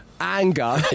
Anger